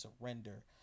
surrender